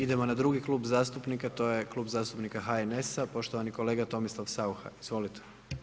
Idemo na drugi Klub zastupnika to je Klub zastupnika HNS-a, poštovani kolega Tomislav Saucha, izvolite.